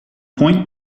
point